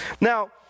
Now